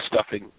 stuffing